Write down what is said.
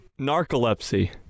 Narcolepsy